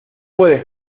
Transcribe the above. puede